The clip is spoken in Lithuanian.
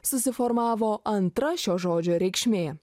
susiformavo antra šio žodžio reikšmė